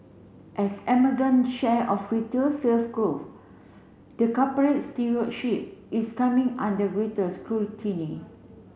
as Amazon share of retail sales grows the corporate stewardship is coming under greater scrutiny